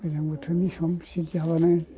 गोजां बोथोरनि सम सिद जाब्लानो